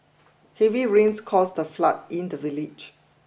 heavy rains caused a flood in the village